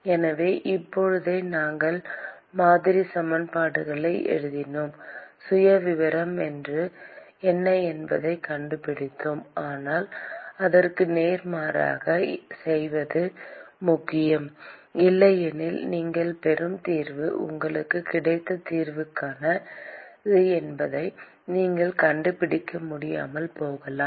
எனவே இப்போதே நாம் மாதிரி சமன்பாடுகளை எழுதினோம் சுயவிவரம் என்ன என்பதைக் கண்டுபிடித்தோம் ஆனால் அதற்கு நேர்மாறாகச் செய்வதும் முக்கியம் இல்லையெனில் நீங்கள் பெறும் தீர்வு உங்களுக்கு கிடைத்த தீர்வுதானா என்பதை நீங்கள் கண்டுபிடிக்க முடியாமல் போகலாம்